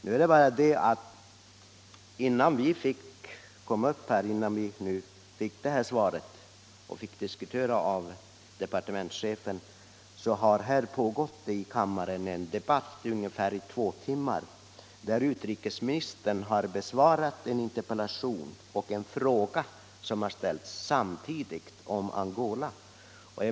Det är bara det att innan vi fick det här svaret och fick diskutera det med departementschefen så hade här i kammaren pågått en debatt i ungefär två timmar, varvid utrikesministern samtidigt hade besvarat en interpellation och en fråga om Angola.